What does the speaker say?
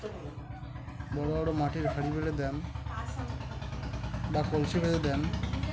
বড় বড় মাটির ফেলে ফের ড্যাম বা কলসি বেঁধে দ্যাম